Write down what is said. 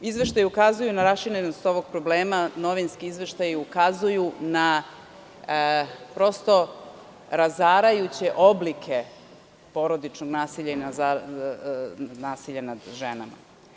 Izveštaji ukazuju na raširenost ovog problema, novinski izveštaji ukazuju na razarajuće oblike porodičnog nasilja i nasilja nad ženama.